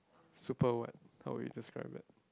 super what how would you describe it